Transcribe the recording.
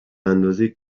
اندازه